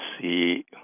see